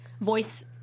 voice